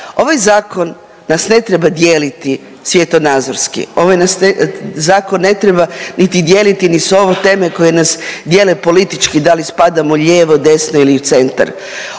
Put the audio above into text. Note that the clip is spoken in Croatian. Ovaj zakon nas ne treba dijeliti svjetonazorski, ovaj nas zakon ne treba niti dijeliti nisu ove teme koje nas dijele politički da li spadamo lijevo, desno ili u centar,